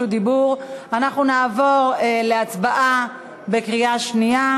דיבור אנחנו נעבור להצבעה בקריאה שנייה.